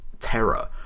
Terror